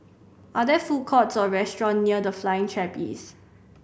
are there food courts or restaurants near The Flying Trapeze